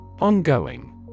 Ongoing